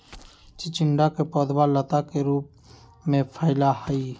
चिचिंडा के पौधवा लता के रूप में फैला हई